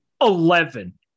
Eleven